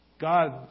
God